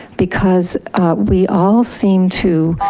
because we all seem to